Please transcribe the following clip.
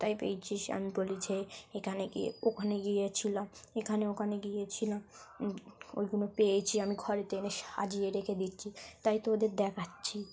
তাই পেয়েছি আমি বলি যে এখানে গিয়ে ওখানে গিয়েছিলাম এখানে ওখানে গিয়েছিলাম ওইগুলো পেয়েছি আমি ঘরে তে এনে সাজিয়ে রেখে দিচ্ছি তাই তো ওদের দেখাচ্ছি